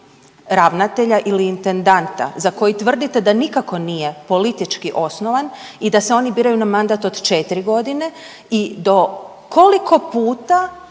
ravnatelja ili intendanta za koji tvrdite da nikako nije politički osnovan i da se oni biraju na mandat od 4 godine i do koliko puta